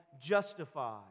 justified